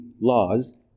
laws